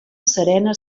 serena